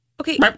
Okay